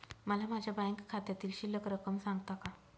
मला माझ्या बँक खात्यातील शिल्लक रक्कम सांगता का?